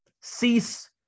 cease